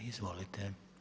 Izvolite.